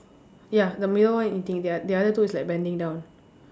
ya the middle one eating the the other two is like bending down